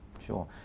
Sure